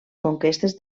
conquestes